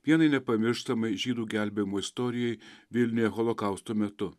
vienai nepamirštamai žydų gelbėjimo istorijai vilniuje holokausto metu